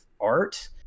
art